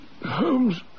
Holmes